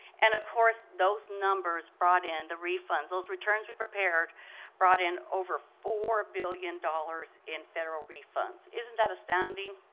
and of course, those numbers brought in the refunds. those returns we prepared brought in over four billion dollars in federal refunds. isn't that astounding?